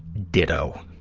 ditto.